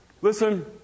listen